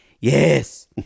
Yes